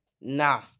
nah